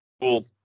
cool